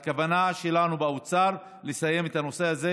הכוונה שלנו באוצר לסיים את הנושא הזה